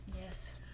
Yes